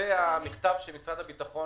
לגבי המכתב שמשרד הביטחון